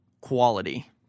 quality